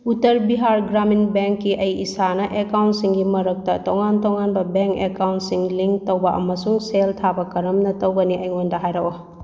ꯎꯇꯔ ꯕꯤꯍꯥꯔ ꯒ꯭ꯔꯥꯃꯤꯟ ꯕꯦꯡꯀꯤ ꯑꯩ ꯏꯁꯥꯅ ꯑꯦꯀꯥꯎꯟꯁꯤꯡꯒꯤ ꯃꯔꯛꯇ ꯇꯣꯉꯥꯟ ꯇꯣꯉꯥꯟꯕ ꯕꯦꯡ ꯑꯦꯀꯥꯎꯟꯁꯤꯡ ꯂꯤꯡ ꯇꯧꯕ ꯑꯃꯁꯨꯡ ꯁꯦꯜ ꯊꯥꯕ ꯀꯔꯝꯅ ꯇꯧꯒꯅꯤ ꯑꯩꯉꯣꯟꯗ ꯍꯥꯏꯔꯛꯎ